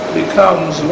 becomes